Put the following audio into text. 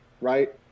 right